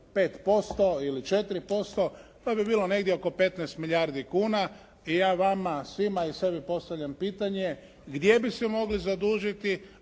5% ili 3%, to bi bilo negdje oko 15 milijardi kuna i ja vama svima i sebi postavljam pitanje gdje bi se mogli zadužiti,